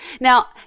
Now